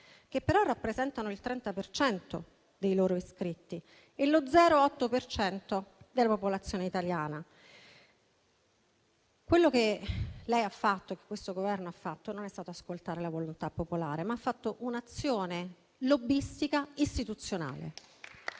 che però rappresentano il 30 per cento dei loro iscritti e lo 0,8 per cento della popolazione italiana. Quello che lei ha fatto e questo Governo ha fatto non è stato ascoltare la volontà popolare, ma è stata un'azione lobbistica istituzionale.